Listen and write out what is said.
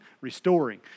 restoring